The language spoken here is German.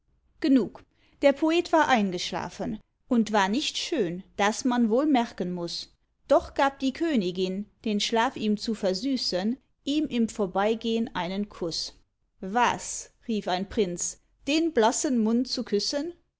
gnug der poet war eingeschlafen und war nicht schön das man wohl merken muß doch gab die königin den schlaf ihm zu versüßen ihm im vorbeigehn einen kuß was rief ein prinz den blassen mund zu küssen